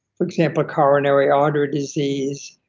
for example coronary artery disease,